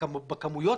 בכמויות